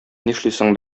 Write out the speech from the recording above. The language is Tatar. нишлисең